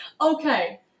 Okay